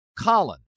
Colin